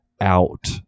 out